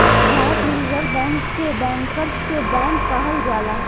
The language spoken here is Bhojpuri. भारत में रिज़र्व बैंक के बैंकर्स के बैंक कहल जाला